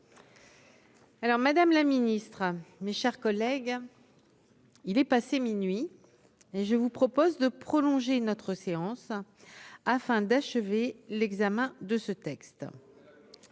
Madame la ministre, mes chers collègues, il est minuit passé. Je vous propose de prolonger notre séance, afin d'achever l'examen de ce texte.